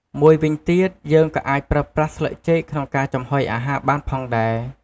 មួយវិញទៀត យើងក៏អាចប្រើប្រាស់ស្លឹកចេកក្នុងការចំហុយអាហារបានផងដែរ។